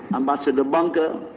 ambassador bunker,